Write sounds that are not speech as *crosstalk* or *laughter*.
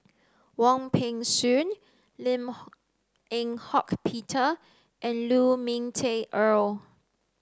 Wong Peng Soon Lim *unintelligible* Eng Hock Peter and Lu Ming Teh Earl